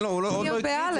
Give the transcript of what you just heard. הוא עוד לא הקריא את זה,